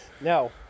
no